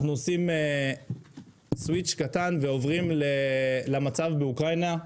אנחנו עושים סוויץ', ועוברים למצב באוקראינה.